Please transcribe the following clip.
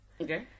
Okay